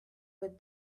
with